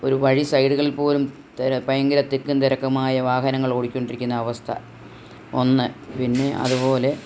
ഒരു വഴി സൈഡുകളിൽ പോലും ഭയങ്കര തിക്കും തിരക്കും ആയ വാഹനങ്ങൾ ഓടി കൊണ്ടിരിക്കുന്ന അവസ്ഥ ഒന്ന് പിന്നെ അതുപോലെ